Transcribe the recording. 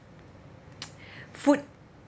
food